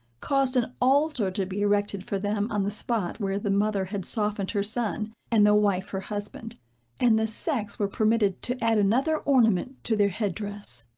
caused an altar to be erected for them on the spot where the mother had softened her son, and the wife her husband and the sex were permitted to add another ornament to their head-dress.